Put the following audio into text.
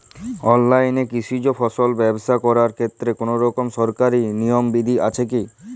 অনলাইনে কৃষিজ ফসল ব্যবসা করার ক্ষেত্রে কোনরকম সরকারি নিয়ম বিধি আছে কি?